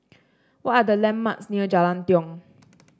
what are the landmarks near Jalan Tiong